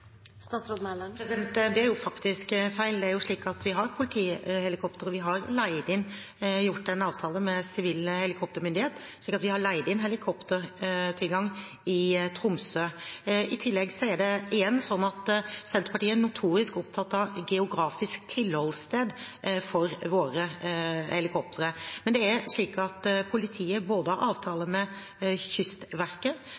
Det er faktisk feil. Det er jo slik at vi har politihelikoptre. Vi har gjort en avtale med sivil helikoptermyndighet og leid inn helikoptertilgang i Tromsø. I tillegg er det igjen slik at Senterpartiet er notorisk opptatt av geografisk tilholdssted for våre helikoptre. Politiet har avtale med Kystverket og kan få bistand fra Forsvaret, og vi har